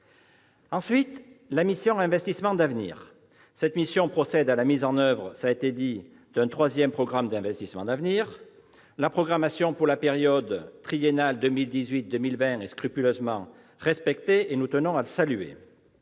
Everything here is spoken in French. déficit. La mission « Investissements d'avenir » procède à la mise en oeuvre d'un troisième programme d'investissements d'avenir. La programmation pour la période triennale 2018-2020 est scrupuleusement respectée, et nous tenons à le saluer